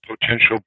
potential